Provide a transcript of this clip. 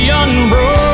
unbroken